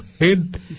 head